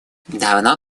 давно